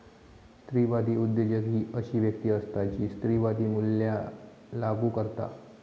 स्त्रीवादी उद्योजक ही अशी व्यक्ती असता जी स्त्रीवादी मूल्या लागू करता